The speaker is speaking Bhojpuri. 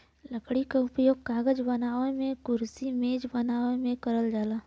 लकड़ी क उपयोग कागज बनावे मेंकुरसी मेज बनावे में करल जाला